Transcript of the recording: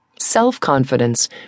Self-confidence